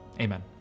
Amen